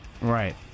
Right